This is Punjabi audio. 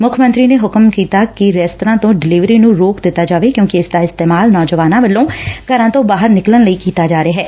ਮੱਖ ਮੰਤਰੀ ਨੇ ਹੁਕਮ ਕੀਤਾ ਐ ਕਿ ਰੇਸਤਰਾਂ ਤੋਂ ਡਿਲਵਰੀ ਨੰ ਰੋਕ ਦਿੱਤਾ ਜਾਵੇ ਕਿਉਂਕਿ ਇਸ ਦਾ ਇਸਤੇਮਾਲ ਨੌਜਵਾਨਾਂ ਵੱਲੋਂ ਘਰਾਂ ਤੋਂ ਬਾਹਰ ਨਿਕਲਣ ਲਈ ਕੀਤਾ ਜਾ ਰਿਹੈ